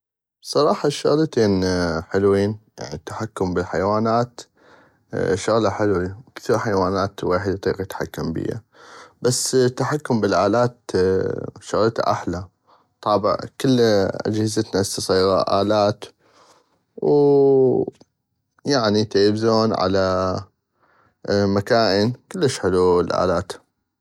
بصراحة الشغلتين حلوين يعني التحكم بل الحيوانات شغلة حلوي كثيغ حيوانات الويحد يطيق يتحكم بيا بس التحكم بل الالات شغلتا احلى طابع كل اجهزتنا يصيغة الالات ويعني تلفزون على مكائن كلش حلو الالات.